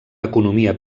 economia